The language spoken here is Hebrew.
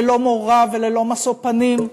ללא מורא וללא משוא פנים,